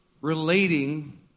relating